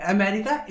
America